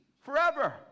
forever